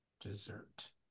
dessert